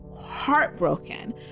Heartbroken